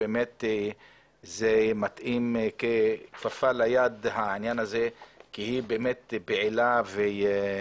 היא מתאימה ככפפה ליד כי היא פעילה עוד